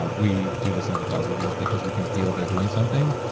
ah we do those things for thousands of years because we can feel they're doing something.